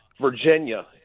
Virginia